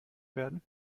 werden